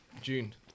June